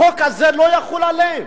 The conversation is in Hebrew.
החוק הזה לא יחול עליהן.